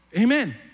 amen